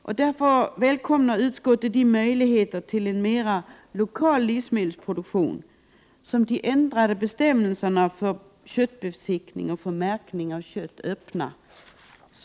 Utskottet välkomnar de möjligheter till en mer lokal livsmedelsproduktion som de ändrade bestämmelserna för köttbesiktning och märkning av kött öppnar.